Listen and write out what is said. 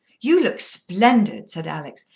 you look splendid, said alex.